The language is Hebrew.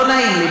לא נעים לי.